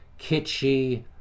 kitschy